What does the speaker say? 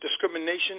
discrimination